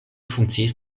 funkciis